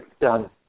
Done